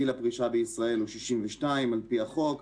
גיל הפרישה בישראל הוא 62 על פי החוק.